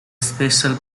special